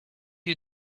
you